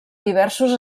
diversos